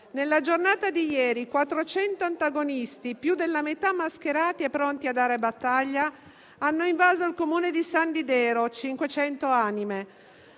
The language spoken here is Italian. Nella giornata di ieri 400 antagonisti, più della metà mascherati e pronti a dare battaglia, hanno invaso il Comune di San Didero (500 anime).